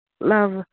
Love